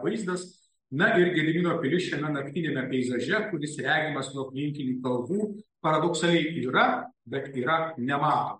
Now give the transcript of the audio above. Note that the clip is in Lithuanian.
vaizdas na ir gedimino pilis šiame naktiniame peizaže kuris regimas nuo aplinkinių kalvų paradoksaliai yra bet yra nematomas